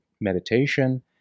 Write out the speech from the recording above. meditation